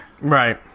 right